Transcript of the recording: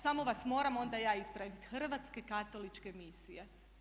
Samo vas moram onda ja ispraviti Hrvatske katoličke misije.